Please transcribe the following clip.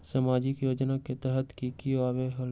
समाजिक योजना के तहद कि की आवे ला?